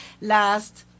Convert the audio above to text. last